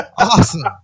Awesome